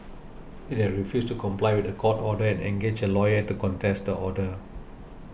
it had refused to comply with the court order and engaged a lawyer to contest the order